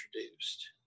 introduced